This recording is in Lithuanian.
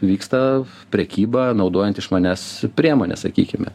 vyksta prekyba naudojant išmanias priemones sakykime